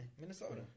Minnesota